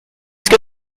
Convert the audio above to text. que